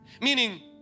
meaning